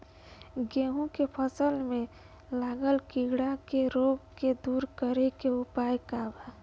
गेहूँ के फसल में लागल कीड़ा के रोग के दूर करे के उपाय का बा?